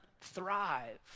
thrive